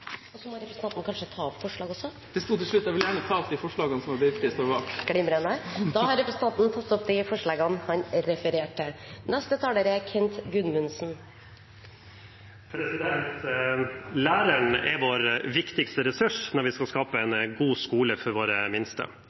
Representanten må kanskje ta opp forslag også. Jeg vil gjerne ta opp de forslagene som Arbeiderpartiet sammen med andre partier står bak. Da har representanten Martin Henriksen tatt opp de forslagene han refererte, og de forslagene han refererte til. Læreren er vår viktigste ressurs når vi skal skape en god skole for våre minste.